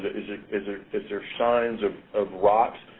is ah is there signs of of rot?